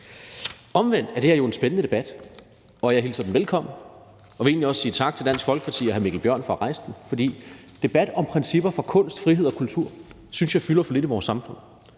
Omvendt er det her jo en spændende debat, og jeg hilser den velkommen og vil egentlig også sige tak til Dansk Folkeparti og hr. Mikkel Bjørn for at rejse den. For debatter om principper for kunst, frihed og kultur synes jeg fylder for lidt i vores samfund.